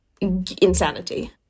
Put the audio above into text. insanity